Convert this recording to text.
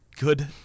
good